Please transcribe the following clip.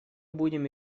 будем